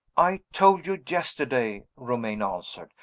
i told you yesterday, romayne answered,